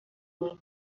ikomoka